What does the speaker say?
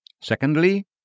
Secondly